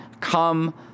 come